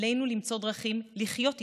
עלינו למצוא דרכים לחיות איתה.